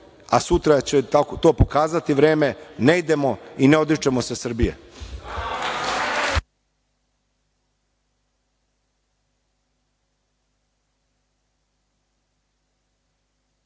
a sutra će to pokazati vreme, ne idemo i ne odričemo se Srbije.